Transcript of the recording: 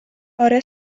آره